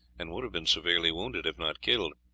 and would have been severely wounded, if not killed,